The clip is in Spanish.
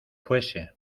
fuese